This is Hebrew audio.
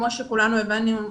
כמו שכולנו הבנו,